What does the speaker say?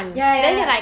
ya ya ya